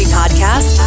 podcast